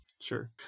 Sure